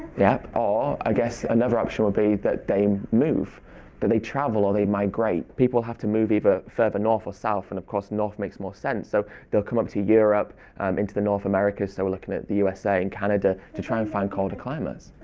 yep, or, ah i guess another option would be that they move or they travel or they migrate. people have to move either further north or south and of course north makes more sense so they'll come up to europe um into the north america. so we're looking at the usa in canada to try and find colder climates.